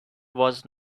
was